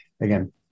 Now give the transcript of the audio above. again